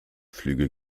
flüge